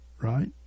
right